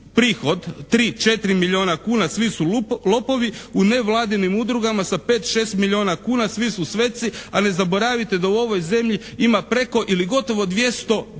prihod 3-4 milijuna kuna svi su lopovi, u nevladinim udrugama sa 5-6 milijuna kuna svi su sveci a ne zaboravite da u ovoj zemlji ima preko ili gotovo 200 tih